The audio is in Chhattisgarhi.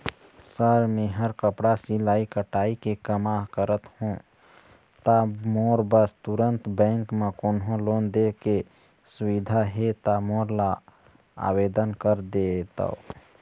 सर मेहर कपड़ा सिलाई कटाई के कमा करत हों ता मोर बर तुंहर बैंक म कोन्हों लोन दे के सुविधा हे ता मोर ला आवेदन कर देतव?